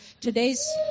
today's